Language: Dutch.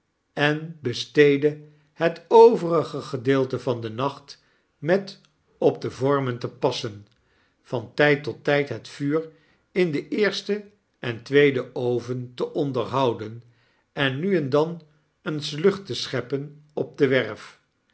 en besteedde het overige gedeelte van den nacht met op de vormen te passen van tyd tot tyd het vuur in den eersten en tweeden oven te onderhouden en nuendan eens lucht te scheppen op de werf